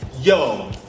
yo